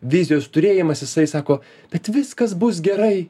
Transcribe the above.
vizijos turėjimas jisai sako kad viskas bus gerai